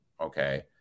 okay